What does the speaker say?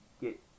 get